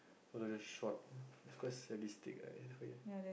who does it shot it's quite sadistic ah I feel